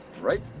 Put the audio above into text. right